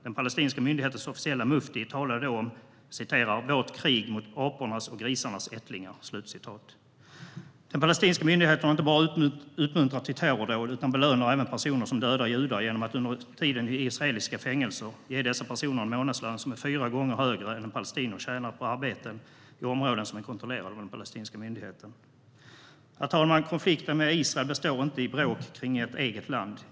Den palestinska myndighetens officiella mufti talade då om vårt krig mot apornas och grisarnas ättlingar. Den palestinska myndigheten inte bara uppmuntrar till terrordåd utan belönar även personer som dödar judar genom att under deras tid i israeliska fängelser ge dessa personer en månadslön som är fyra gånger högre än vad palestinier tjänar på arbeten i områden som är kontrollerade av den palestinska myndigheten. Herr talman! Konflikten med Israel består inte i bråk kring ett eget land.